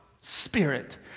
Spirit